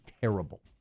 terrible